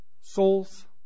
souls